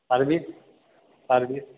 service service